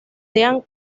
dean